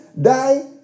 die